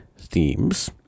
themes